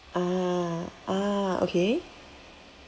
ah ah okay